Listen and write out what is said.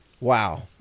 Wow